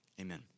Amen